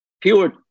pure